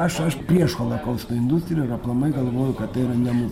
aš aišku prieš holokausto industriją ir aplamai galvoju kad tai yra ne mūsų